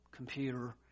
computer